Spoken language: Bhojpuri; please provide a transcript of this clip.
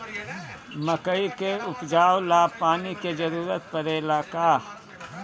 मकई के उपजाव ला पानी के जरूरत परेला का?